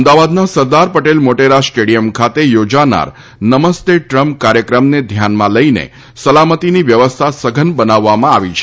અમદાવાદના સરદાર પટેલ મોટેરા સ્ટેડિયમ ખાતે યોજાનાર નમસ્તે ટ્રમ્પ કાર્યક્રમને ધ્યાનમાં લઇને સલામતીની વ્યવસ્થા સઘન બનાવવામાં આવી છે